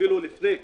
אפילו לפני,